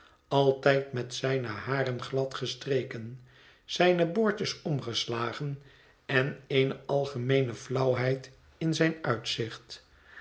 altijd met zijne haren glad gestreken zijne boordjes omgeslagen en eene algemeene flauwheid in zijn uitzicht